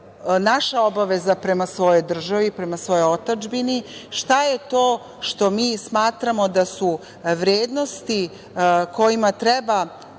naša obaveza prema svojoj državi, prema svojoj otadžbini, šta je to što mi smatramo da su vrednosti kojima treba